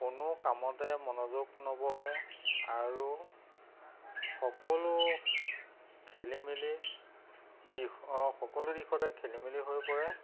কোনো কামতে মনোযোগ নবহে আৰু সকলো খেলি মেলি দিশ অঁ সকলো দিশতে খেলি মেলি হৈ পৰে